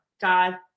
God